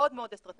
מאוד מאוד אסטרטגי,